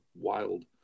wild